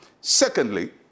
Secondly